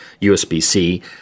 USB-C